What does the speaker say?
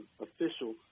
official